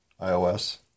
iOS